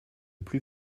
plus